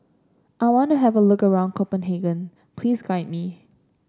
I want to have a look around Copenhagen please guide me